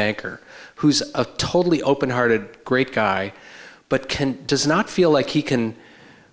banker who's a totally open hearted great guy but ken does not feel like he can